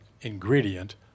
ingredient